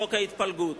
חוק ההתפלגות.